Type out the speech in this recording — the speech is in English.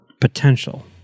potential